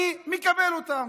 אני מקבל אותן.